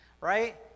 right